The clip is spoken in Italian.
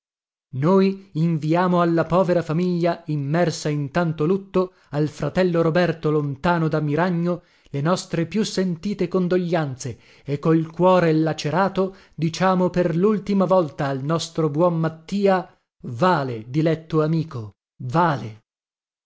noi inviamo alla povera famiglia immersa in tanto lutto al fratello roberto lontano da miragno le nostre più sentite condoglianze e col cuore lacerato diciamo per lultima volta al nostro buon mattia vale diletto amico vale